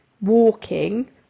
walking